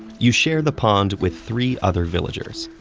you share the pond with three other villagers.